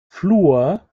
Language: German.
fluor